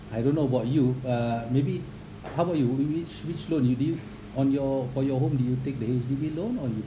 I don't know about you uh maybe how about you which which loan you did on your for your home did you take the H_D_B loan or you